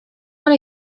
what